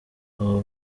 abo